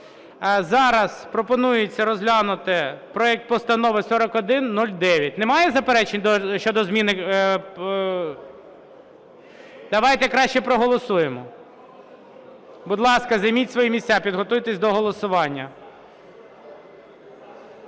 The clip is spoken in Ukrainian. Зараз пропонується розглянути проект Постанови 4109. Немає заперечень щодо зміни? Давайте краще проголосуємо. Будь ласка, займіть свої місця, підготуйтесь до голосування.